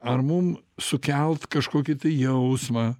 ar mum sukelt kažkokį tai jausmą